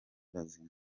bazima